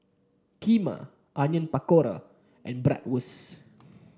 Kheema Onion Pakora and Bratwurst